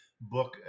book